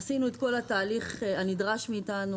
עשינו את כל התהליך הנדרש מאיתנו,